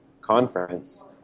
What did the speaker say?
conference